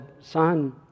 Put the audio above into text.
Son